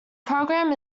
program